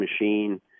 machine